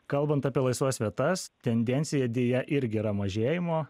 kalbant apie laisvas vietas tendencija deja irgi yra mažėjimo